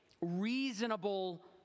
reasonable